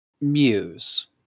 muse